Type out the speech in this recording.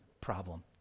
problem